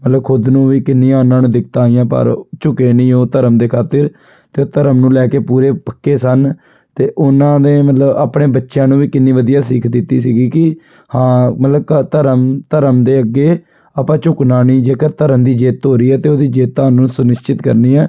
ਮਤਲਬ ਖੁਦ ਨੂੰ ਵੀ ਕਿੰਨੀਆਂ ਉਹਨਾਂ ਨੂੰ ਦਿੱਕਤਾਂ ਆਈਆਂ ਪਰ ਝੁਕੇ ਨਹੀਂ ਉਹ ਧਰਮ ਦੇ ਖਾਤਿਰ ਅਤੇ ਧਰਮ ਨੂੰ ਲੈ ਕੇ ਪੂਰੇ ਪੱਕੇ ਸਨ ਅਤੇ ਉਹਨਾਂ ਨੇ ਮਤਲਬ ਆਪਣੇ ਬੱਚਿਆਂ ਨੂੰ ਵੀ ਕਿੰਨੀ ਵਧੀਆ ਸੀਖ ਦਿੱਤੀ ਸੀਗੀ ਕਿ ਹਾਂ ਮਤਲਬ ਧਰਮ ਧਰਮ ਦੇ ਅੱਗੇ ਆਪਾਂ ਝੁਕਣਾ ਨਹੀਂ ਜੇਕਰ ਧਰਮ ਦੀ ਜਿੱਤ ਹੋ ਰਹੀ ਹੈ ਤਾਂ ਉਹਦੀ ਜਿੱਤ ਤੁਹਾਨੂੰ ਸੁਨਿਸ਼ਚਿਤ ਕਰਨੀ ਹੈ